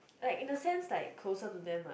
like in the sense like closer to them one